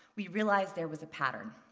we realized there was a pattern.